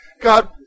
God